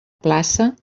plaça